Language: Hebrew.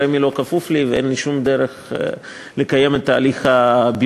רמ"י לא כפופה לי ואין לי שום דרך לקיים את תהליך הבירור.